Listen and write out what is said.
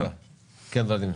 הבנקאי.